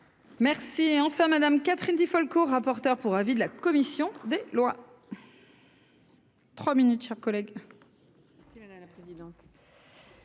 Merci enfin Madame Catherine Di Folco, rapporteur pour avis de la commission des lois. 3 minutes chers collègues.